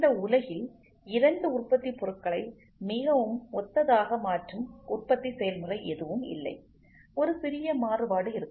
இந்த உலகில் இரண்டு உற்பத்தி பொருட்களை மிகவும் ஒத்ததாக மாற்றும் உற்பத்தி செயல்முறை எதுவும் இல்லை ஒரு சிறிய மாறுபாடு இருக்கும்